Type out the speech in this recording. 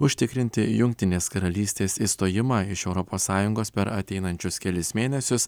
užtikrinti jungtinės karalystės išstojimą iš europos sąjungos per ateinančius kelis mėnesius